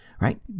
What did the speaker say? right